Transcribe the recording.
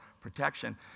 protection